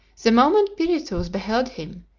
the moment pirithous beheld him,